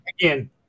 again